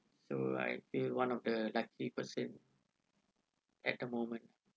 so I feel one of the lucky person at the moment